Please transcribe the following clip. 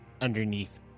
underneath